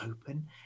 open